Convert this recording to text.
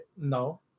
No